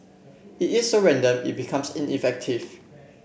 it is so random it becomes ineffective